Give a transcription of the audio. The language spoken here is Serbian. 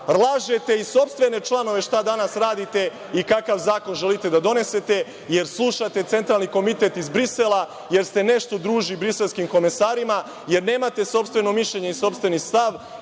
Lažete i sopstvene članove šta danas radite i kakav zakon želite da donesete, jer slušate centralni komitet iz Brisela, jer ste nešto dužni briselskim komesarima, jer nemate sopstveno mišljenje i sopstveni stav,